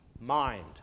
mind